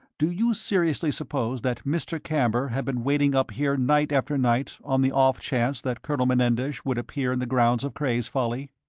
do you seriously suppose that mr. camber had been waiting up here night after night on the off-chance that colonel menendez would appear in the grounds of cray's folly?